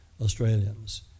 Australians